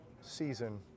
season